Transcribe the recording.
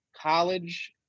college